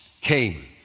came